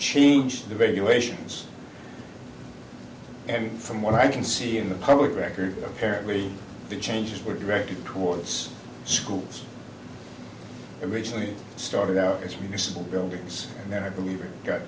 change the regulations and from what i can see in the public record apparently the changes were directed towards schools originally started out as universal buildings and then i believe it got